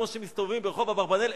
כמו שמסתובבים ברחוב אברבנאל.